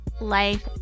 life